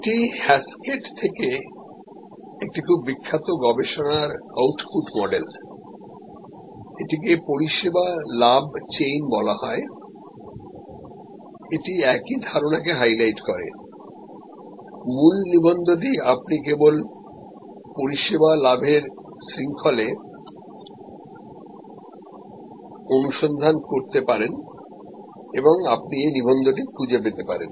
এটি হ্যাসকেট থেকে একটি খুব বিখ্যাত গবেষণা আউটপুট মডেল এটিকে পরিষেবা লাভ চেইন বলা হয় এটি একই ধারণাকে হাইলাইট করে মূল নিবন্ধটি আপনি কেবল "সার্ভিস প্রফিট চেইন" অনুসন্ধান করতে পারেন এবং আপনি এই নিবন্ধটি খুঁজে পেতে পারেন